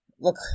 look